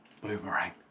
Boomerang